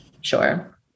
Sure